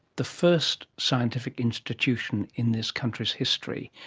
the first scientific institution in this country's history,